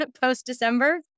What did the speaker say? post-December